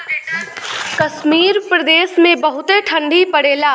कश्मीर प्रदेस मे बहुते ठंडी पड़ेला